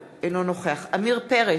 אינו נוכח עודד פורר, אינו נוכח עמיר פרץ,